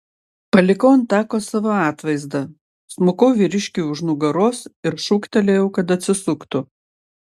palikau ant tako savo atvaizdą smukau vyriškiui už nugaros ir šūktelėjau kad atsisuktų